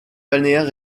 balnéaire